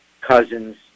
cousins